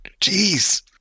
jeez